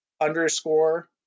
underscore